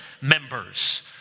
members